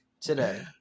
today